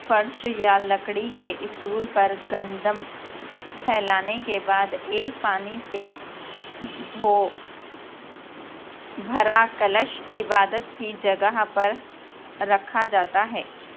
فرش یا لکڑی کے اسٹول پر گندم پھیلانے کے بعد ایک پانی سے دھوؤ بھرا کلش عبادت کی جگہ پر رکھا جاتا ہے